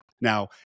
now